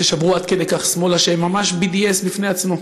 ששברו עד כדי כך שמאלה שהם ממש BDS בפני עצמו.